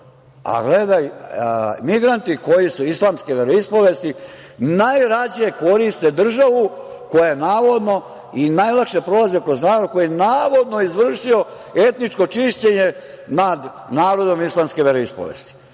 a migranti koji su islamske veroispovesti najrađe koriste državu i najlakše prolaze kroz narod koji je navodno izvršio etničko čišćenje nad narodom islamske veroispovesti.